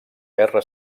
guerra